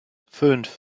fünf